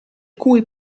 cui